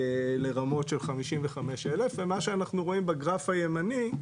לרמות של 55 אלף, ומה שאנחנו רואים בגרף הימני,